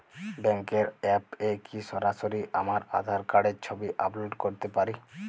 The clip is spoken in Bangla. ব্যাংকের অ্যাপ এ কি সরাসরি আমার আঁধার কার্ডের ছবি আপলোড করতে পারি?